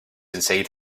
inside